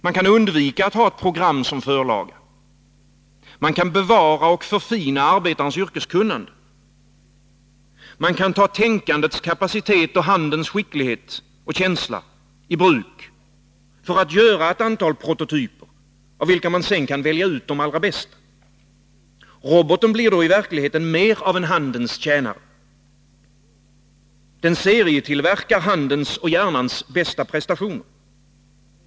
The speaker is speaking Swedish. Man kan undvika att ha ett program som förlaga. Man kan bevara och förfina arbetarens yrkeskunnande. Man kan ta tänkandets kapacitet och handens skicklighet och känsla i bruk för att göra ett antal prototyper, av vilka man sedan kan välja ut de allra bästa. Roboten blir då i verkligheten mer av en handens tjänare. Den serietillverkar handens och hjärnans bästa prestationer.